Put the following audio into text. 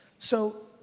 so,